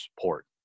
support